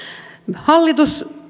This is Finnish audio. hallitus